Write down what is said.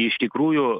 iš tikrųjų